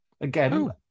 Again